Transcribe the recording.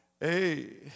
hey